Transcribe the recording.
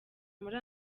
muri